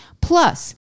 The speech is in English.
Plus